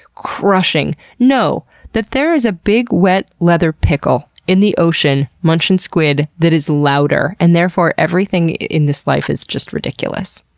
crushing, know that there is a big, wet, leather pickle in the ocean, munchin' squid, that is louder. and therefore, everything in this life is just ridiculous.